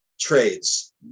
trades